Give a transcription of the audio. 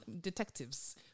detectives